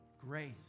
Grace